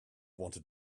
wanted